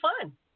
fun